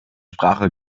sprache